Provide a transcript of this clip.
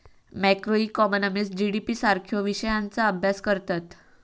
macroeconomist GDP सारख्यो विषयांचा अभ्यास करतत